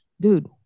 dude